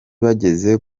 bageze